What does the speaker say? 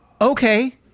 Okay